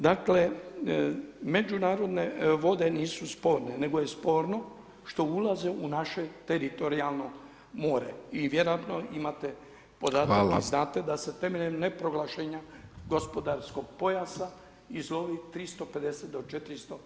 Dakle međunarodne vode nisu sporne nego je sporno što ulaze u naše teritorijalno more i vjerojatno imate podatak i znate da se temeljem neproglašenja gospodarskog pojasa izlovi 350-400 milijuna